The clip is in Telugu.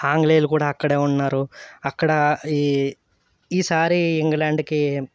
ఆంగ్లేయులు కూడా అక్కడే ఉన్నారు అక్కడ ఈ ఈసారి ఇంగ్లాండ్కి